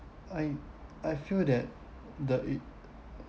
I I feel that the it